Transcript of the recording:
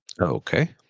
Okay